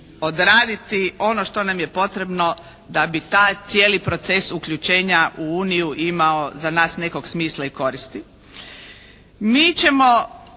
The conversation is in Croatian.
odraditi ono što nam je potrebno da bi taj cijeli proces uključenja u Uniju imao za nas nekog smisla i koristi.